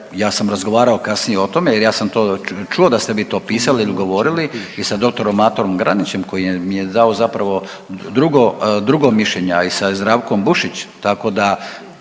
ja sam razgovarao kasnije o tome jer ja sam to čuo da ste vi to pisali ili govorili i sa doktorom Matom Granićem koji mi je dao zapravo drugo, drugo mišljenje, a i sa Zdravkom Bušić